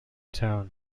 town